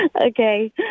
okay